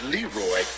Leroy